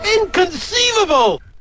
Inconceivable